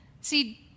See